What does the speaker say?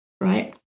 right